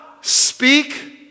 speak